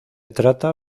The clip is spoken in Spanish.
trata